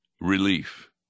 relief